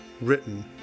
written